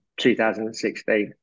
2016